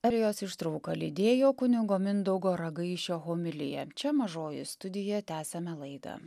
ar jos ištrūko lydėjo kunigo mindaugo ragaišio homiliją čia mažoji studija tęsiame laidą